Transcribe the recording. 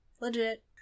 Legit